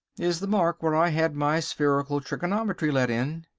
is the mark where i had my spherical trigonometry let in.